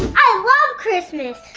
i love christmas!